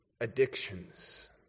addictions